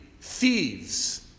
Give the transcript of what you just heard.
thieves